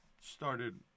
started